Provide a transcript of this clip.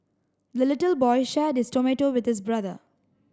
the little boy shared his tomato with his brother